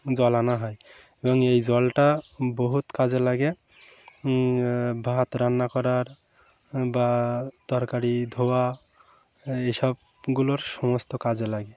জল আনা হয় এবং এই জলটা বহুত কাজে লাগে ভাত রান্না করার বা তরকারি ধোয়া এইসবগুলোর সমস্ত কাজে লাগে